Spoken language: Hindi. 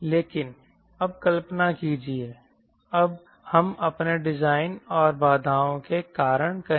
लेकिन अब कल्पना कीजिए हम अपने डिजाइन और बाधाओं के कारण कहें